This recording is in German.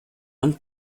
und